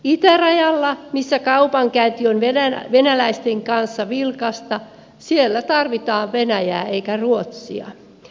itärajalla missä kaupankäynti on venäläisten kanssa vilkasta tarvitaan venäjää eikä ruotsia